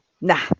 nah